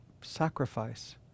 sacrifice